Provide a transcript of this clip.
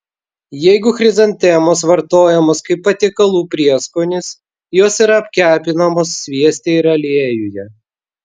jeigu chrizantemos vartojamos kaip patiekalų prieskonis jos yra apkepinamos svieste ir aliejuje